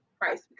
price